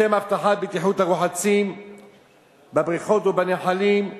לשם הבטחת בטיחות הרוחצים בבריכות ובנחלים,